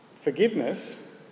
forgiveness